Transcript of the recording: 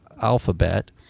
alphabet